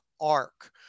arc